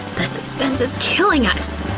the suspense is killing us!